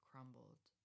crumbled